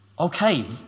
Okay